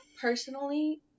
personally